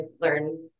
learned